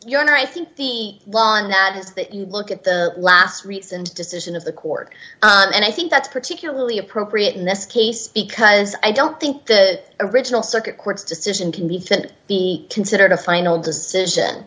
honor i think the law on that is that you look at the last recent decision of the court and i think that's particularly appropriate in this case because i don't think the original circuit court's decision can be fit be considered a final decision